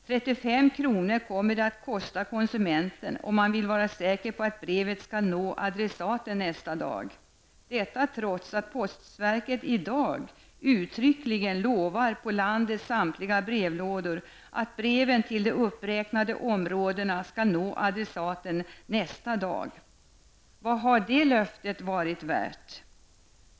35 kr kommer det att kosta konsumenten om man vill vara säker på att brevet skall nå adressaten nästa dag. Detta trots att postverket i dag uttryckligen lovar på landets samtliga brevlådor att breven till de uppräknade områdena skall nå adressaten nästa dag. Vad har det löftet varit värt?